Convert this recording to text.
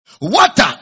Water